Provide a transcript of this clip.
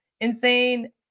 Insane